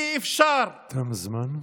תם הזמן.